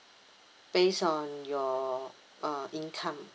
based on your uh income